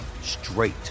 straight